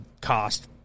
cost